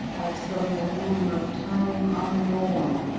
as from the womb of time unborn,